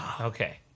Okay